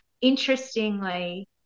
interestingly